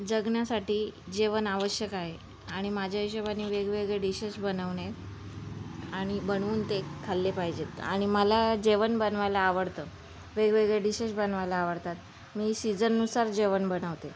जगण्यासाठी जेवण आवश्यक आहे आणि माझ्या हिशोबाने वेगवेगळे डिशेस बनवणे आणि बनवून ते खाल्ले पाहिजेत आणि मला जेवण बनवायला आवडतं वेगवेगळे डिशेस बनवायला आवडतात मी सीझननुसार जेवण बनवते